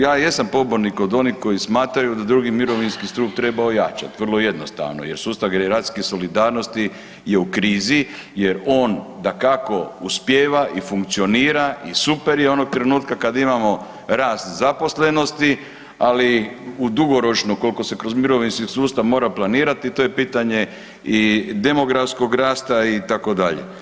Ja jesam pobornik od onih koji smatraju da II. mirovinski stup treba ojačat, vrlo jednostavno, jer sustav generacijske solidarnosti je u krizi jer on dakako uspijeva i funkcionira i super je onog trenutka kad imamo rast zaposlenosti, ali u dugoročno koliko se kroz mirovinski sustav mora planirati to je pitanje i demografskog rasta itd.